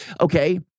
okay